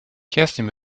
kerstin